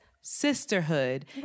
sisterhood